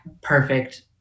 perfect